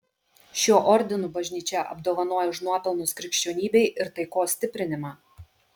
šiuo ordinu bažnyčia apdovanoja už nuopelnus krikščionybei ir taikos stiprinimą